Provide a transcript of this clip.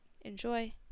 Enjoy